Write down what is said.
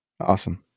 Awesome